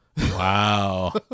Wow